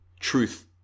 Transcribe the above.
truth